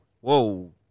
whoa